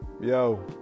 Yo